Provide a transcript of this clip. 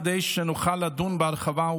כדי שנוכל לדון בהרחבה,